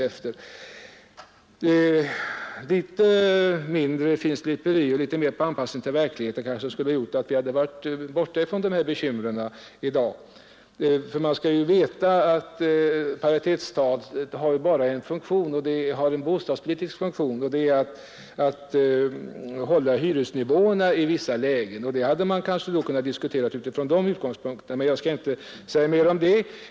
Litet mindre finsliperi och litet mera anpassning till verkligheten skulle kanske ha gjort att vi nu sluppit de bekymren. Vi skall nämligen ha klart för oss att paritetstalet bara har en bostadspolitisk funktion, nämligen att hålla hyresnivåerna i vissa lägen, och den saken hade vi kanske kunnat diskutera utifrån de utgångspunkterna. Jag skall inte säga mer om det.